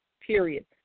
period